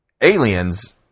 aliens